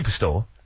Superstore